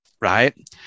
right